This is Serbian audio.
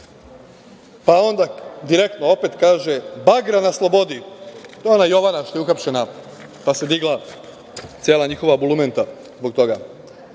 onda „Direktno“ opet kaže: „Bagra na slobodi“, to je ona Jovana što je uhapšena pa se digla cela njihova bulumenta zbog toga. Pa,